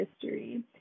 history